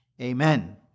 Amen